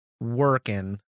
working